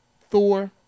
Thor